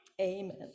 Amen